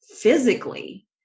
physically